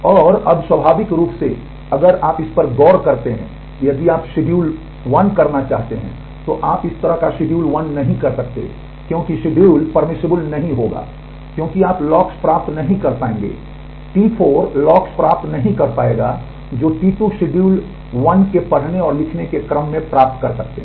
और अब स्वाभाविक रूप से अगर आप इस पर गौर करते हैं यदि आप एक शेड्यूल 1 करना चाहते हैं तो आप इस तरह का शेड्यूल 1 नहीं कर सकते हैं क्योंकि शेड्यूल अनुमन्य 1 पढ़ने और लिखने के क्रम में प्राप्त कर सकते हैं